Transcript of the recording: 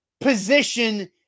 position